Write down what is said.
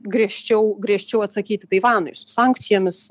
griežčiau griežčiau atsakyti taivanui sankcijomis